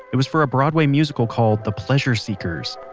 it was for a broadway musical called the pleasure seekers.